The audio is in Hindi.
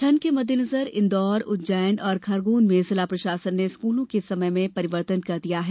ठंड के मद्देनजर इंदौर उज्जैन और खरगोन में जिला प्रशासन ने स्कूलों के समय में परिवर्तन कर दिया है